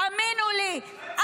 תאמינו לי,